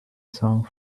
song